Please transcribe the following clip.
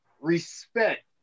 respect